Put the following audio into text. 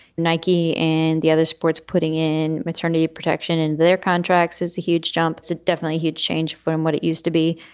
nike and the other sports putting in maternity protection in their contracts is a huge jump to definitely huge change from what it used to be.